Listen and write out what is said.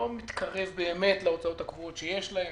מתקרב באמת להוצאות הקבועות שיש להם.